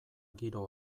giro